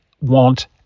want